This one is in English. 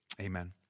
Amen